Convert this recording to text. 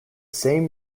same